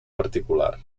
particular